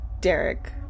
Derek